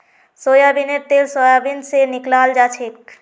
सोयाबीनेर तेल सोयाबीन स निकलाल जाछेक